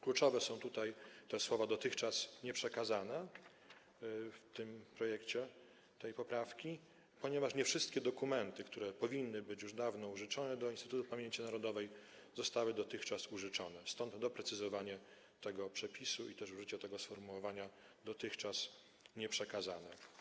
Kluczowe są wyrazy „dotychczas nieprzekazane” w tym projekcie, w tej poprawce, ponieważ nie wszystkie dokumenty, które powinny być już dawno użyczone Instytutowi Pamięci Narodowej, zostały dotychczas użyczone, stąd doprecyzowanie tego przepisu i też użycie tego sformułowania „dotychczas nieprzekazane”